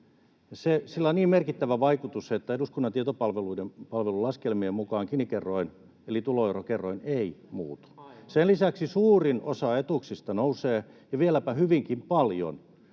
Sillä on niin merkittävä vaikutus, että eduskunnan tietopalvelun laskelmien mukaan Gini-kerroin eli tuloerokerroin ei muutu. Sen lisäksi suurin osa etuuksista nousee ja vieläpä hyvinkin paljon,